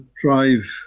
drive